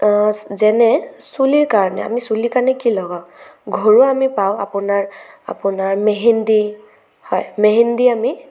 যেনে চুলিৰ কাৰণে আমি চুলিৰ কাৰণে কি লগাঁও ঘৰুৱা আমি পাওঁ আপোনাৰ আপোনাৰ মেহেণ্ডি হয় মেহেণ্ডি আমি